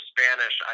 Spanish